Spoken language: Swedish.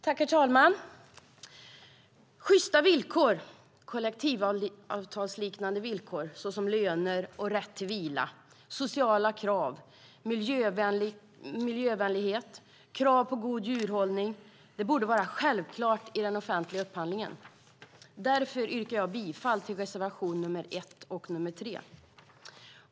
Herr talman! Sjysta villkor, kollektivavtalsliknande villkor som löner och rätt till vila, sociala krav, miljövänlighet och krav på god djurhållning borde vara självklart i den offentliga upphandlingen. Därför yrkar jag bifall till reservationerna 1 och 3.